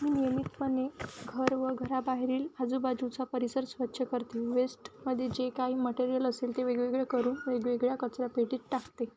नियमितपणे घर व घराबाहेरील आजूबाजूचा परिसर स्वच्छ करते वेस्टमध्ये जे काही मटेरियल असेल ते वेगवेगळे करून वेगवेगळ्या कचरा पेटीत टाकते